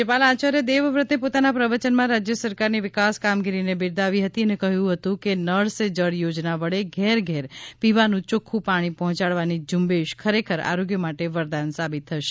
રાજ્યપાલ આયાર્ય દેવવ્રતે પોતાના પ્રવચન માં રાજ્ય સરકાર ની વિકાસ કામગીરીને બિરદાવી હતી અને કહ્યું હતું કે નળ સે જળ યોજના વડે ઘેર ઘેર પીવાનું ચોખ્ખું પાણી પહોંચાડવાની ઝુંબેશ ખરેખર જાણ આરોગ્ય માટે વરદાન સાબિત થશે